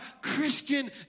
Christian